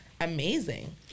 amazing